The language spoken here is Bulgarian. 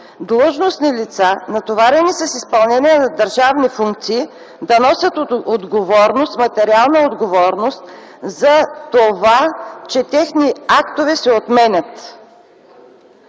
длъжностни лица, натоварени с изпълнение на държавни функции, да носят материална отговорност за това, че техни актове се отменят.